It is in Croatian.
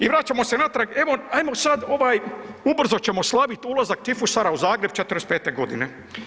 I vraćamo se natrag evo sad ovaj ubrzo ćemo slaviti ulazak tifusara u Zagreb '45. godine.